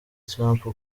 trump